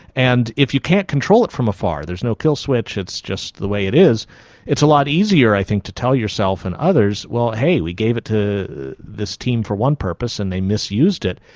and if you can't control it from afar there's no kill switch, it's just the way it is it's a lot easier i think to tell yourself and others, hey, we gave it to this team for one purpose and they misused it.